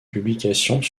publications